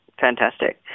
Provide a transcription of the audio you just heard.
Fantastic